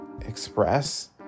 express